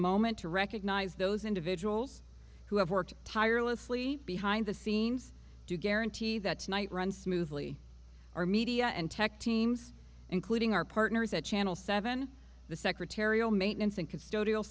moment to recognize those individuals who have worked tirelessly behind the scenes to guarantee that tonight runs smoothly our media and tech teams including our partners at channel seven the secretarial maintenance and c